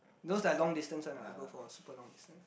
those like long distance one ah go for super long distance